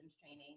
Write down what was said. training